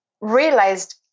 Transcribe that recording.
realized